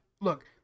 look